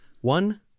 One